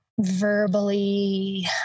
verbally